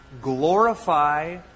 Glorify